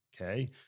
okay